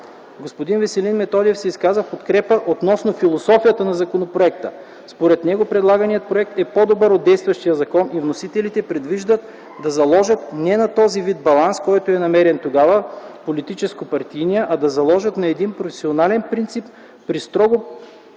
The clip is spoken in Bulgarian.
Господин Веселин Методиев се изказа в подкрепа относно философията на законопроекта. Според него предлаганият проект е по-добър от действащия закон и вносителите предвиждат да заложат не на този вид баланс, който е намерен тогава – политическо-партийният, а да заложат на един професионален принцип, при строго редуциране